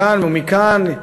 מכאן ומכאן,